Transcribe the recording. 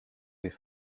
with